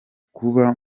kuba